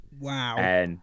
Wow